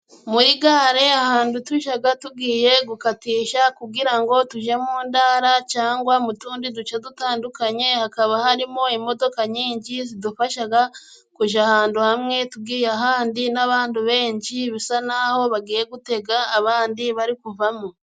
Muri gare ahantu tujya tugiye gukatisha, kugira ngo tujye mu ntara cyangwa mu tundi duce dutandukanye, hakaba harimo imodoka nyinshi zidufasha kujya ahantu hamwe, tugiye ahandi n'abandi benshi, bisa n'aho bagiye gutega abandi bari kuvamo.